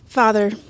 Father